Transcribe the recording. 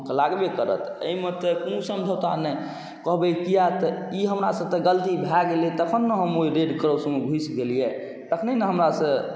आहाँके लागबे करत एहिमे तऽ कोनो समझौता नहि कहबै किएक तऽ ई हमरासँ तऽ गलती भऽ गेलै तऽ तखन ने हम ओहि रेड क्रॉसमे घुसि गेलिए तखने ने हमरासँ